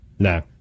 No